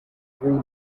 three